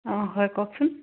অঁ হয় কওকচোন